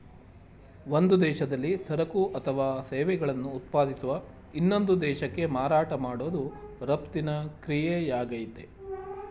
ಒಂದು ದೇಶದಲ್ಲಿ ಸರಕು ಅಥವಾ ಸೇವೆಗಳನ್ನು ಉತ್ಪಾದಿಸುವ ಇನ್ನೊಂದು ದೇಶಕ್ಕೆ ಮಾರಾಟ ಮಾಡೋದು ರಫ್ತಿನ ಕ್ರಿಯೆಯಾಗಯ್ತೆ